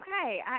Okay